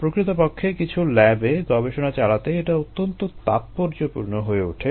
প্রকৃতপক্ষে কিছু ল্যাবে গবেষণা চালাতে এটা অত্যন্ত তাৎপর্যপূর্ণ হয়ে ওঠে